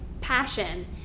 passion